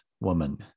woman